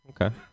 Okay